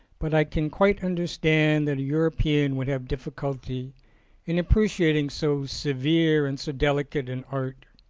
but i can quite understand that a european would have difficulty in appreciating so severe and so delicate an art.